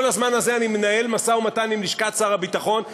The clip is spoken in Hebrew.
כל הזמן הזה אני מנהל משא-ומתן עם לשכת שר הביטחון.